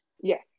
Yes